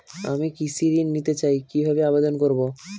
আমি কৃষি ঋণ নিতে চাই কি ভাবে আবেদন করব?